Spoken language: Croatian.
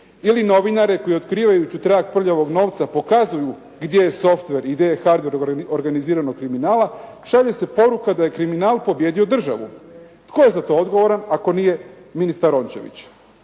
ili novinare koji otkrivajući trag prljavog novca pokazuju gdje je software i gdje je hardware organiziranog kriminala šalje se poruka da je kriminal pobijedio državu. Tko je za to odgovoran ako nije ministar Rončević?